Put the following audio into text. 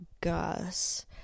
Gus